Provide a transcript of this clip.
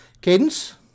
Cadence